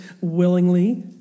willingly